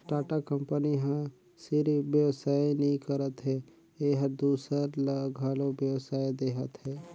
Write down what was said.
Tata company ह सिरिफ बेवसाय नी करत हे एहर दूसर ल घलो बेवसाय देहत हे